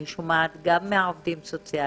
אני שומעת גם מהעובדים הסוציאליים,